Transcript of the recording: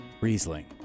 Riesling